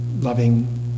loving